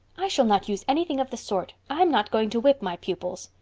i shall not use anything of the sort. i'm not going to whip my pupils.